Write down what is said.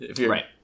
Right